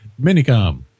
minicom